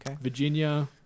Virginia